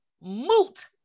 moot